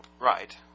Right